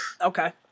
Okay